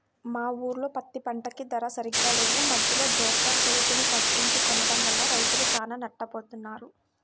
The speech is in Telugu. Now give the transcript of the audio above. మా ఊర్లో పత్తి పంటకి ధర సరిగ్గా లేదు, మద్దెలో బోకర్లే రేటుని తగ్గించి కొనడం వల్ల రైతులు చానా నట్టపోతన్నారు